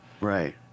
right